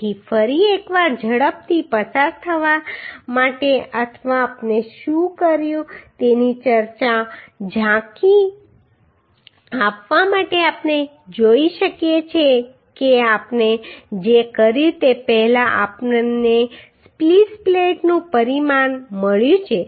તેથી ફરી એકવાર ઝડપથી પસાર થવા માટે અથવા આપણે શું કર્યું તેની ચર્ચાની ઝાંખી આપવા માટે આપણે જોઈ શકીએ છીએ કે આપણે જે કર્યું તે પહેલા આપણને સ્પ્લીસ પ્લેટનું પરિમાણ મળ્યું છે